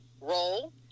roll